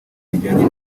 rijyanye